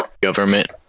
government